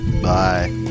Bye